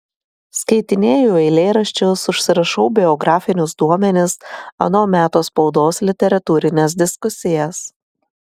skaitinėju eilėraščius užsirašau biografinius duomenis ano meto spaudos literatūrines diskusijas